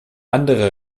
andere